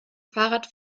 fahrrad